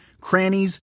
crannies